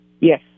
Yes